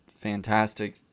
fantastic